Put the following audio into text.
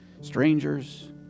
strangers